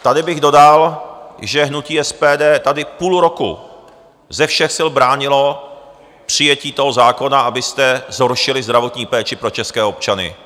Tady bych dodal, že hnutí SPD tady půl roku ze všech sil bránilo přijetí toho zákona, abyste zhoršili zdravotní péči pro české občany.